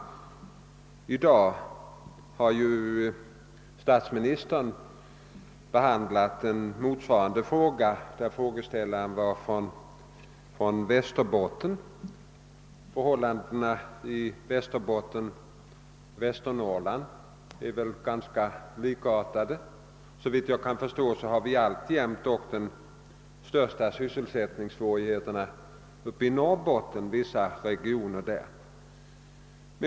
Här i kammaren har också statsministern i dag besvarat en enkel fråga i samma ämne, där frågeställaren var från Västerbotten. Förhållandena i Västernorrland är väl ganska likartade. Såvitt jag kan förstå har vi dock alltjämt de största sysselsättningssvårigheterna inom vissa regioner i Norrbotten.